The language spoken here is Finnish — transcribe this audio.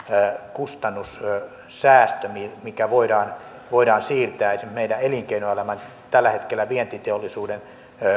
kustannussäästö mikä voidaan voidaan siirtää esimerkiksi meidän elinkeinoelämälle tällä hetkellä vientiteollisuuden